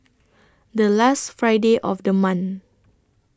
The last Friday of The month